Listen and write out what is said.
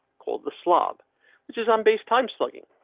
called the slob which is on base time slugging.